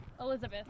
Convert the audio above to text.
Elizabeth